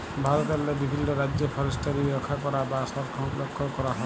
ভারতেরলে বিভিল্ল রাজ্যে ফরেসটিরি রখ্যা ক্যরা বা সংরখ্খল ক্যরা হয়